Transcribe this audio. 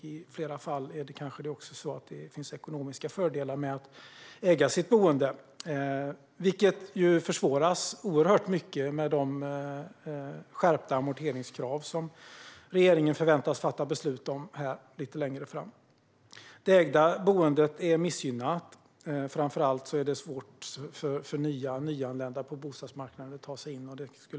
I flera fall finns det kanske ekonomiska fördelar med att äga sitt boende, vilket försvåras oerhört mycket med de skärpta amorteringskrav som regeringen väntas fatta beslut om lite längre fram. Det ägda boendet är missgynnat. Framför allt är det svårt för nya på bostadsmarknaden och för nyanlända att ta sig in.